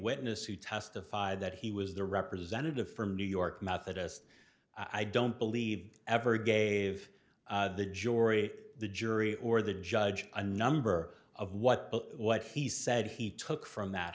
witness who testified that he was the representative from new york methodist i don't believe ever gave the jury the jury or the judge a number of what what he said he took from that